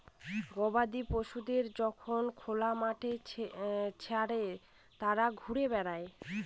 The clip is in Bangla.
গবাদি পশুদের যখন খোলা মাঠে ছেড়ে তারা ঘুরে বেড়ায়